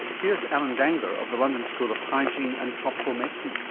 here's alan dangour of the london school of hygiene and tropical medicine.